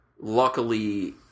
luckily